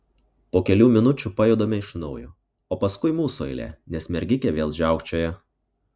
po kelių minučių pajudame iš naujo o paskui mūsų eilė nes mergikė vėl žiaukčioja